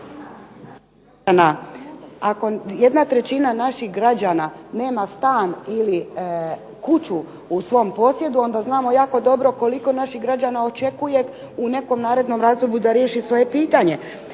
Ako 1/3 naših građana nema stan ili kuću u svom posjedu onda znamo jako dobro koliko naših građana očekuje u nekom narednom razdoblju da riješi svoje pitanje.